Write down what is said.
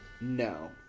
No